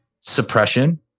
suppression